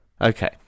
Okay